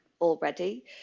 already